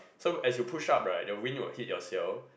so as you push up right the wind will hit your seal